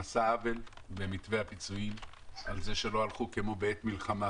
נעשה עוול במתווה הפיצויים על זה שלא הלכו כמו בעת מלחמה